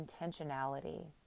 intentionality